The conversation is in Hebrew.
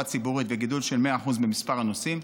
ציבורית וגידול של 100% במספר הנוסעים,